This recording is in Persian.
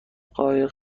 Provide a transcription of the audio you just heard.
قایق